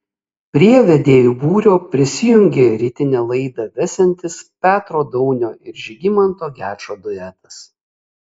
prie vedėjų būrio prisijungė rytinę laidą vesiantis petro daunio ir žygimanto gečo duetas